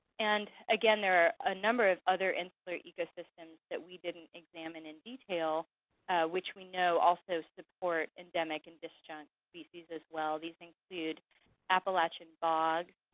and there are a number of other insular ecosystems that we didn't examine in detail which we know also support endemic and disjunct species as well. these include appalachian bogs,